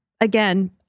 Again